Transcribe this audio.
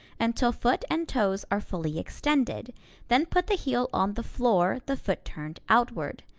until foot and toes are fully extended then put the heel on the floor, the foot turned outward.